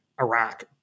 Iraq